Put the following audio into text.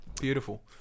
Beautiful